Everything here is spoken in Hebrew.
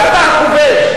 ואתה הכובש.